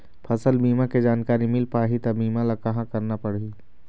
फसल बीमा के जानकारी मिल पाही ता बीमा ला कहां करना पढ़ी?